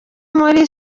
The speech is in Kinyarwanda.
muri